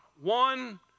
One